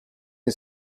une